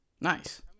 Nice